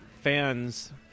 fans